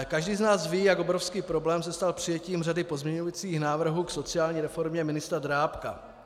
Každý z nás ví, jak obrovský problém se stal přijetím řady pozměňovacích návrhů k sociální reformě ministra Drábka.